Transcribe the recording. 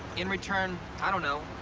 in return, i don't know,